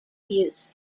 use